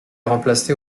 remplacé